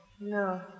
No